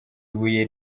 ibuye